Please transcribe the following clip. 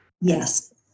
Yes